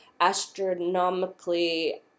astronomically